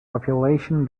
population